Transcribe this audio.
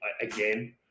again